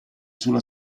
sulla